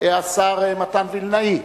השר מתן וילנאי.